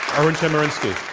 erwin chemerinsky.